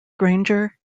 granger